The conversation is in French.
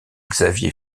xavier